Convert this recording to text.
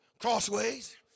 crossways